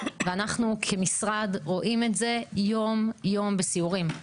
ואנחנו כמשרד רואים את זה יום יום בסיורים.